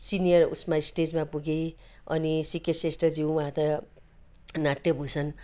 senior उसमा स्टेजमा पुगे अनि सिके श्रेष्ठज्यू उहाँ त नाट्य भूषण